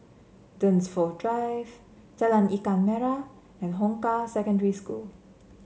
Dunsfold Drive Jalan Ikan Merah and Hong Kah Secondary School